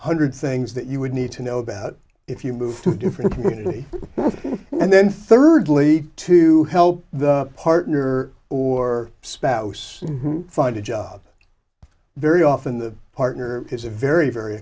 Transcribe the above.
hundred things that you would need to know about if you move to different community and then thirdly to help the partner or spouse find a job very often the partner is a very very